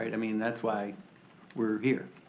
i mean that's why we're here.